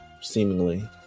seemingly